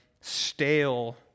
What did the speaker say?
stale